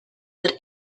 that